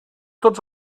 tots